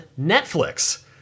Netflix